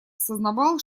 сознавал